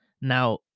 Now